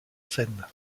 scène